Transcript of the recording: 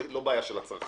זאת לא בעיה של הצרכן.